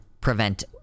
prevent